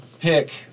pick